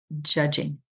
judging